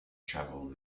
traveled